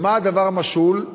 למה הדבר משול?